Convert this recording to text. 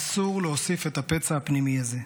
אסור להוסיף את הפצע הפנימי הזה.